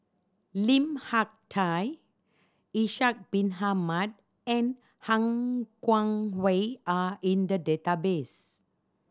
Lim Hak Tai Ishak Bin Ahmad and Han Guangwei are in the database